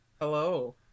Hello